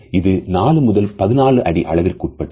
இது 4 முதல் 12 அடி அளவிற்கு உட்பட்டது